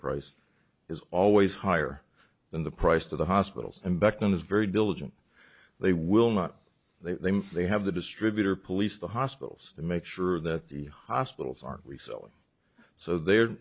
price is always higher than the price to the hospitals and back then is very diligent they will not they they have the distributor police the hospitals to make sure that the hospitals are we selling so the